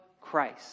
Christ